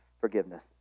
forgiveness